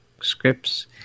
scripts